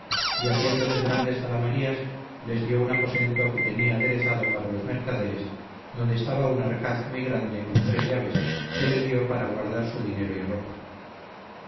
y haciéndoles grandes zalamerías les dió un aposento que tenía aderezado para los mercaderes donde estaba un arcaz muy grande con tres llaves que les dió para guardar su dinero y ropa